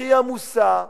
הכי עמוסה,